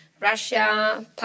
Russia